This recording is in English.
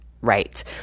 Right